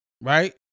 Right